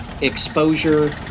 exposure